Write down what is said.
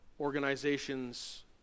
organizations